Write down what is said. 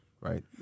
right